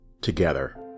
together